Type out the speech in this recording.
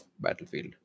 Battlefield